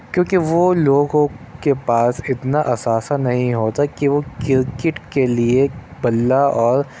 کیونکہ وہ لوگوں کے پاس اتنا اثاثہ نہیں ہوتا کہ وہ کرکٹ کے لئے بلّہ اور